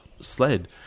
sled